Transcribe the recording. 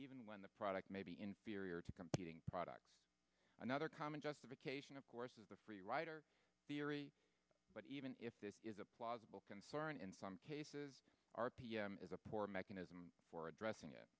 even when the product may be inferior to competing products another common justification of course is the free rider theory but even if this is a plausible concern in some cases rpm is a poor mechanism for addressing it